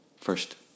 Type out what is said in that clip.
First